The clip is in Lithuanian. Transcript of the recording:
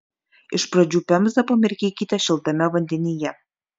iš pradžių pemzą pamirkykite šiltame vandenyje